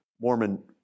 Mormon